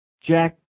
Jack